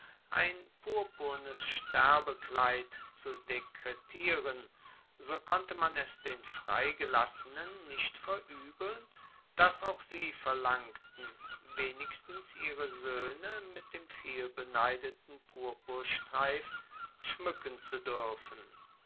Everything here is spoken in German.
ein purpurnes sterbekleid zu dekretieren so konnte man es den freigelassenen nicht veruebeln dass auch sie verlangten wenigstens ihre soehne mit dem vielbeneideten purpurstreif schmuecken zu duerfen